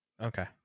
Okay